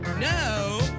No